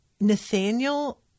Nathaniel